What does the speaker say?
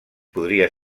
podria